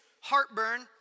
heartburn